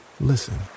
Listen